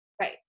right